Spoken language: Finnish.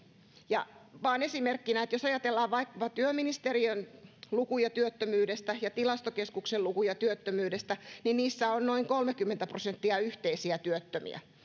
ja vain esimerkkinä että jos ajatellaan vaikkapa työministeriön lukuja työttömyydestä ja tilastokeskuksen lukuja työttömyydestä niin niissä on noin kolmekymmentä prosenttia yhteisiä työttömiä ja